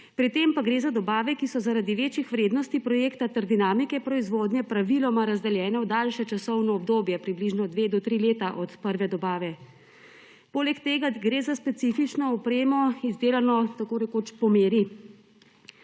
pri tem pa gre za dobave, ki so zaradi večjih vrednosti projekta ter dinamike proizvodnje praviloma razdeljene v daljše časovno obdobje, približno od dve do tri leta od prve dobave. Poleg tega gre za specifično opremo, izdelano tako rekoč po meri.